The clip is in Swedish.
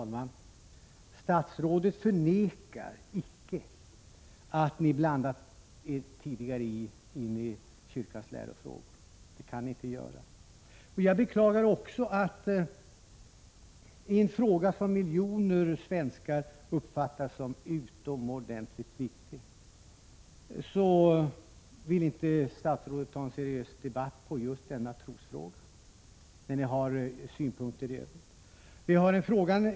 Fru talman! Statsrådet förnekar icke att ni tidigare blandat er i kyrkans lärofrågor — och kan inte göra det. Jag beklagar att statsrådet inte vill gå in i en seriös debatt om en trosfråga som miljoner svenskar uppfattar som utomordentligt viktig — men har synpunkter i övrigt.